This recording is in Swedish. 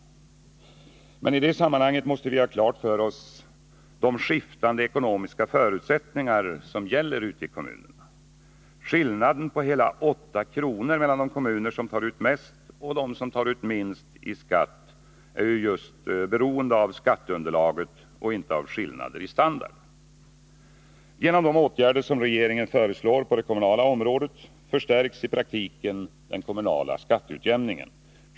Men i det sammanhanget måste vi ha klart för oss de skiftande ekonomiska förutsättningar som gäller ute i kommunerna. Skillnaden på hela 8 kr. mellan de kommuner som tar ut mest och de som tar ut minst i skatt är ju just beroende av skatteunderlaget och inte av skillnader i standard. Genom de åtgärder som regeringen föreslår på det kommunala området förstärks i praktiken den kommunala skatteutjämningen.